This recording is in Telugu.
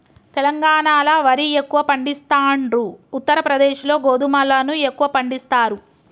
తెలంగాణాల వరి ఎక్కువ పండిస్తాండ్రు, ఉత్తర ప్రదేశ్ లో గోధుమలను ఎక్కువ పండిస్తారు